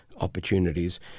opportunities